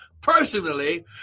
personally